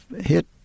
hit